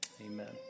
amen